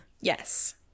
Yes